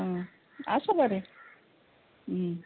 आं आसा बरें